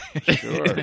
Sure